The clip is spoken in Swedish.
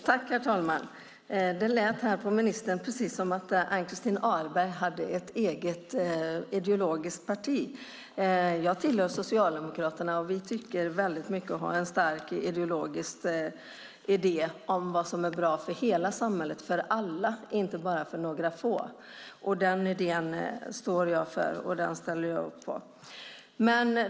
Herr talman! Det lät på ministern som att Ann-Christin Ahlberg har ett eget ideologiskt parti. Jag hör till Socialdemokraterna, och vi har en stark ideologisk idé om vad som är bra för hela samhället, för alla, och inte bara för några få. Denna idé står jag för och ställer upp på.